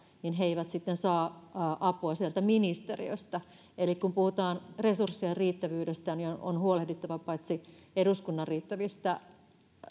eivät sitten saa apua sieltä ministeriöstä eli kun puhutaan resurssien riittävyydestä on huolehdittava paitsi eduskunnan riittävistä